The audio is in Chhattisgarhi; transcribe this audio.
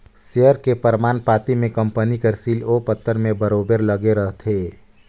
सेयर के परमान पाती में कंपनी कर सील ओ पतर में बरोबेर लगे रहथे